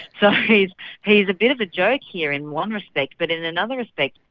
so he's he's a bit of a joke here in one respect but in another respect,